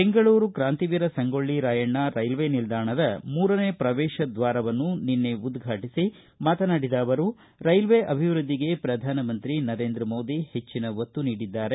Bengaluru Krantiveera Sangolli Rayanna railway ನಿಲ್ದಾಣದ ಮೂರನೇ ಪ್ರವೇಶ ದ್ವಾರವನ್ನು ನಿನ್ನೆ ಉದ್ಘಾಟಿಸಿ ಮಾತನಾಡಿದ ಅವರು ರೈಲ್ವೆ ಅಭಿವೃದ್ಧಿಗೆ ಪ್ರಧಾನಮಂತ್ರಿ ನರೇಂದ್ರ ಮೋದಿ ಹೆಚ್ಚಿನ ಒತ್ತು ನೀಡಿದ್ದಾರೆ